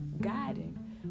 guiding